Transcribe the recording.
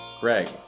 Greg